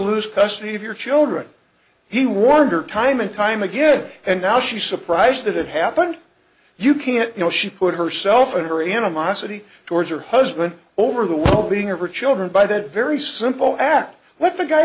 lose custody of your children he warned her time and time again and now she's surprised that it happened you can't you know she put herself and her animosity towards her husband over the being of her children by that very simple act when the guy